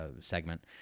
segment